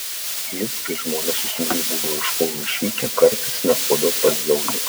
jis kai žmona su sūnumi būdavo iš kauno išvykę kartais nakvodavo pas zaunius